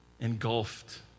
engulfed